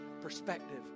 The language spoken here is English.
perspective